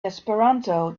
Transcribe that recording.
esperanto